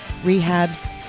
rehabs